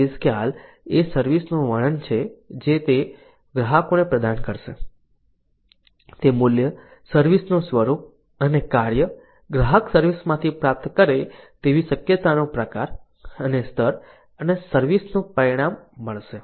service ખ્યાલ એ service નું વર્ણન છે જે તે ગ્રાહકોને પ્રદાન કરશે તે મૂલ્ય સર્વિસ નું સ્વરૂપ અને કાર્ય ગ્રાહક સર્વિસ માંથી પ્રાપ્ત કરે તેવી શક્યતાનો પ્રકાર અને સ્તર અને સર્વિસ નું પરિણામ મળશે